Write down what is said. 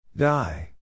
Die